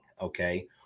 Okay